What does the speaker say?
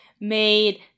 Made